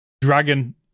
Dragon